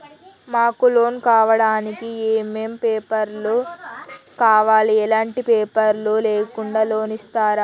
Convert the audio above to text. మాకు లోన్ కావడానికి ఏమేం పేపర్లు కావాలి ఎలాంటి పేపర్లు లేకుండా లోన్ ఇస్తరా?